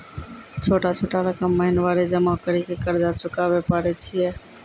छोटा छोटा रकम महीनवारी जमा करि के कर्जा चुकाबै परए छियै?